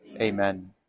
Amen